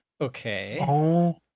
Okay